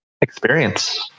experience